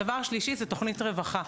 דבר שלישי זה תוכנית רווחה.